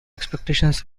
exceptions